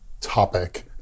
topic